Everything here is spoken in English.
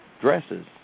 dresses